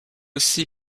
aussi